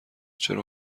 چرا